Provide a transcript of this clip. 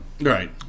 right